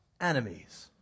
enemies